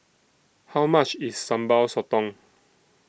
How much IS Sambal Sotong